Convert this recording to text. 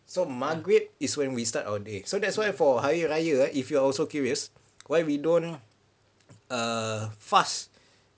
so maghrib is when we start our day so that's why for hari raya ah if you are also curious why we don't err fast